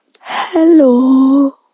Hello